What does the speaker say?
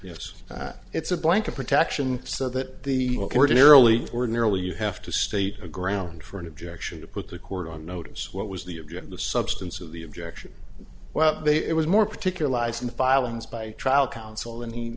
yes it's a blanket protection so that the ordinarily ordinarily you have to state a ground for an objection to put the court on notice what was the object of the substance of the objection well it was more particular lies in the filings by trial counsel and he